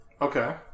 Okay